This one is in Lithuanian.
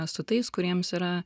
su tais kuriems yra